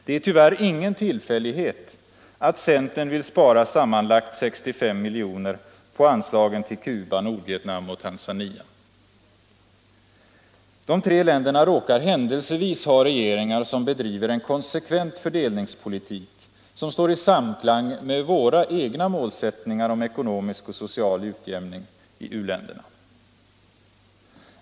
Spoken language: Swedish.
Det är tyvärr ingen tillfällighet att centern vill spara sammanlagt 65 miljoner på anslagen till Cuba, Nordvietnam och Tanzania. De tre länderna råkar händelsevis ha regeringar som bedriver en konsekvent fördelningspolitik som står i samklang med våra egna målsättningar om ekonomisk och social utjämning i u-länderna.